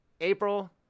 April